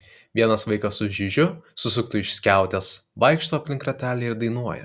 vienas vaikas su žiužiu susuktu iš skiautės vaikšto aplink ratelį ir dainuoja